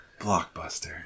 Blockbuster